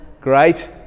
Great